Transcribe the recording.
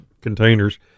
containers